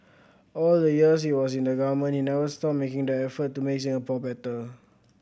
all the years he was in the government he never stopped making the effort to make Singapore better